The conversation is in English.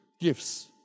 gifts